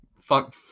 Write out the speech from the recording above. fuck